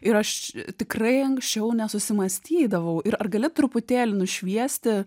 ir aš tikrai anksčiau nesusimąstydavau ir ar gali truputėlį nušviesti